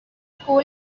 school